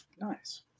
Nice